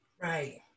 Right